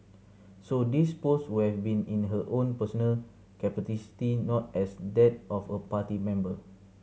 so these post we have been in her own personal not as that of a party member